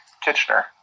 Kitchener